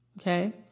Okay